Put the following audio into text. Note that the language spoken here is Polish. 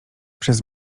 przez